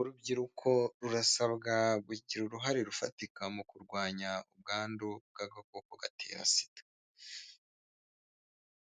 Urubyiruko rurasabwa kugira uruhare rufatika mu kurwanya ubwandu bw'agakoko gatera sida,